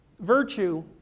Virtue